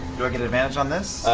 do i get advantage on this?